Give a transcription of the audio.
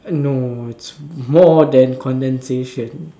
no it's more than condensation